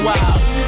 Wow